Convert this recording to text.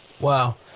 Wow